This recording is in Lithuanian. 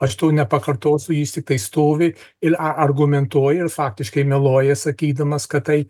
aš to nepakartosiu jis tiktai stovi ir argumentuoja ir faktiškai mieluoja sakydamas kad tai